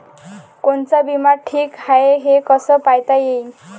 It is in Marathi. कोनचा बिमा ठीक हाय, हे कस पायता येईन?